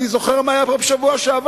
אני זוכר מה היה פה בשבוע שעבר,